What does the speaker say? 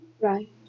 Right